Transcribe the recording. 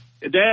Dad